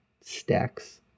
stacks